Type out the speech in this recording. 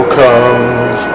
comes